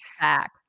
back